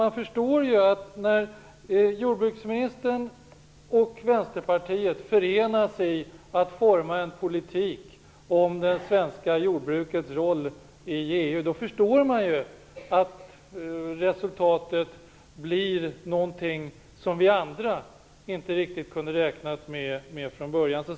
Vi kan förstå att när jordbruksministern och Vänsterpartiet förenar sig om att utforma en politik för det svenska jordbrukets roll i EU blir resultatet någonting som vi inte riktigt hade kunnat räkna med från början.